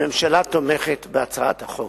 הממשלה תומכת בהצעת החוק.